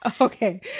okay